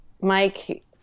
Mike